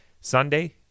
Sunday